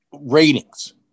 ratings